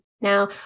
Now